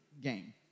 game